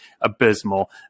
abysmal